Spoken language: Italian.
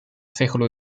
secolo